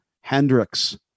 Hendricks